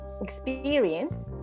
experience